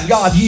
God